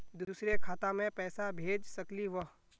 दुसरे खाता मैं पैसा भेज सकलीवह?